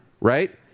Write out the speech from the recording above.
right